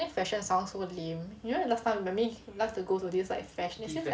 I think fashion sounds so lame you know last time mummy like to go to this like fashion